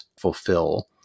fulfill